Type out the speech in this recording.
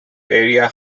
area